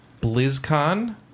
BlizzCon